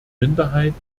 minderheiten